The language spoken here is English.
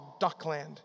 Duckland